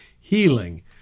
healing